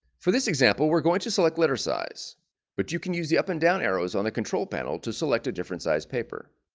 for this example we're going to select letter size but you can use the up and down arrows on the control panel to select a different size paper.